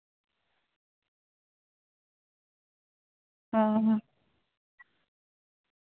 ᱦᱮᱸ ᱦᱮᱸ